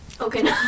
okay